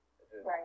Right